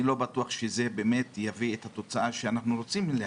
ואני לא בטוח שהוא באמת יביא את התוצאה שאנחנו רוצים להביא.